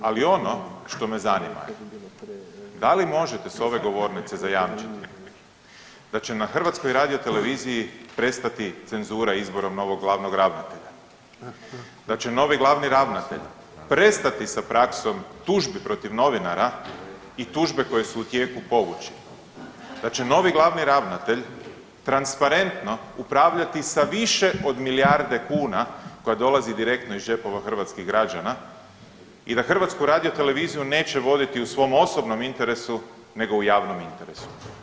Ali ono što me zanima je, da li možete s ove govornice zajamčiti da će na HRT-u prestati cenzura izborom novog glavnog ravnatelja, da će novi glavni ravnatelj prestati sa praksom tužbi protiv novinara i tužbe koje su u tijeku povući, da će novi glavni ravnatelj transparentno upravljati sa više od milijarde kuna koja dolazi direktno iz džepova hrvatskih građana i da HRT neće voditi u svom osobnom interesu nego u javnom interesu.